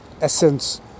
essence